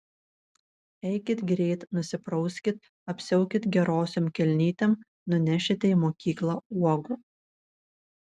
eikit greit nusiprauskit apsiaukit gerosiom kelnytėm nunešite į mokyklą uogų